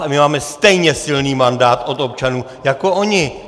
A my máme stejně silný mandát od občanů jako oni.